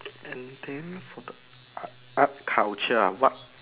and then for the art art culture ah what